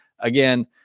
again